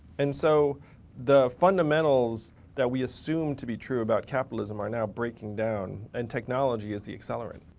and so the fundamentals that we assumed to be true about capitalism are now breaking down and technology is the accelerant.